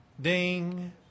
ding